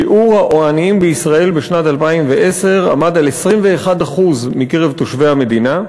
שיעור העניים בישראל בשנת 2010 היה 21% מתושבי המדינה.